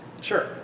Sure